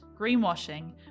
greenwashing